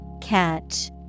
Catch